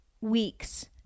weeks